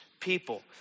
people